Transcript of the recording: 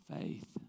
faith